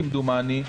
כמדומני,